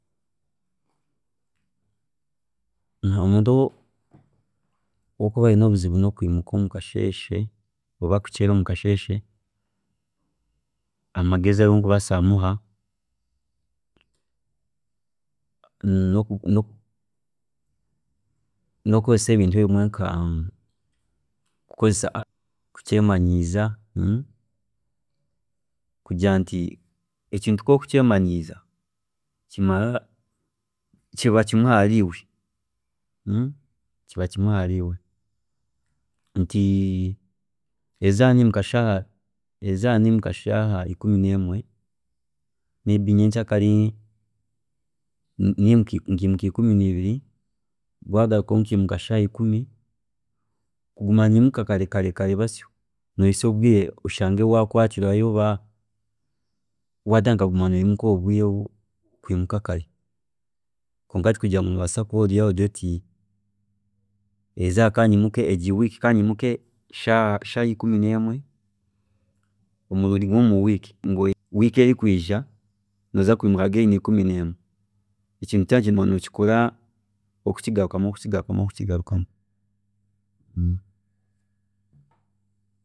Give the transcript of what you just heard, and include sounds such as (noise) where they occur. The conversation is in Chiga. ﻿Omuntu orikuba ayine obuzibu nokuceera oba okwiimuka omukasheeshe, amagezi agu ndi kubaasa kumuha noku noku, nkukozesa ebintu ebimwe nka kyemanyiiza, ekintu kwori kukyemanyiiza (hesitation) kimara kiba kimwe ahari iwe, (hesitation) kiba kimwe ahari iwe nti erizooba niimuka shaaha erizooba nimuka shaha ikumi nemwe, nyekyakare nkiimuka ikumi nibiri bwagarukaho nkiimuka shaaha ikumi, kuguma noyimuka kare basyo nohika obwiire oshanga wakwatirayo oba watandika kuguma noyimuka kare kwonka tokubaasa kugira nti eriizooba kanyimuke shaaha ikumi nemwe ngu wiiki erikwiija ninza kuguma ninyimuka kare, ekintu nooba oyine kuguma nokikora orikukigarukamu orikukigarukamu kandi orikukigarukamu.